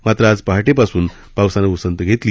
मात्र आज पहाटेपासून पावसानं उसंत घेतली